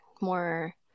more